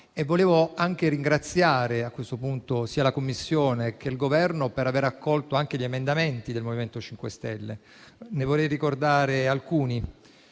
Volevo quindi ringraziare a questo punto sia la Commissione che il Governo per aver accolto anche gli emendamenti del MoVimento 5 Stelle. Ne vorrei ricordare alcuni.